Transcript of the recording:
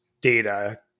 data